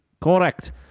Correct